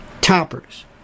Toppers